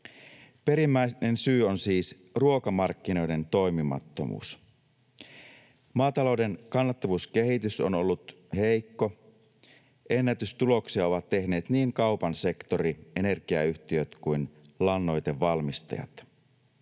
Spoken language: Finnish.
Perimmäinen syy on siis ruokamarkkinoiden toimimattomuus. Maatalouden kannattavuuskehitys on ollut heikko. Ennätystuloksia ovat tehneet niin kaupan sektori, energiayhtiöt kuin lannoitevalmistajat.